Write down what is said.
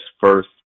first